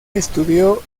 estudió